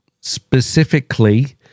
specifically